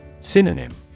Synonym